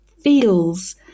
feels